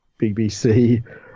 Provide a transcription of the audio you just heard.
BBC